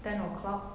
ten o'clock